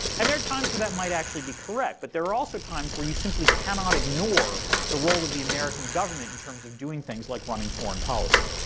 and there are times when that might actually be correct. but there are also times where you simply cannot ignore the role of the american government in terms of doing things like running foreign policy.